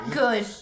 good